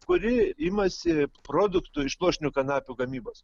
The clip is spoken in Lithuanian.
kuri imasi produktų iš pluoštinių kanapių gamybos